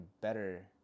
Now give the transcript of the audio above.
better